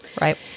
Right